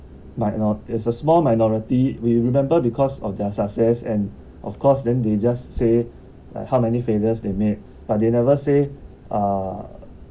>minor is a small minority we remember because of their success and of course then they just say like how many failures they made but they never say uh